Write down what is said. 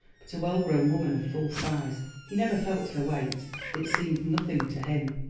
but a well-grown woman of full size. he never felt her weight it seemed nothing to him.